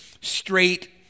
straight